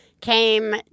came